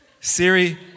Siri